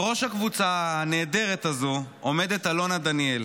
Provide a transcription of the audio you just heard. בראש הקבוצה הנהדרת הזו עומדת אלונה דניאל,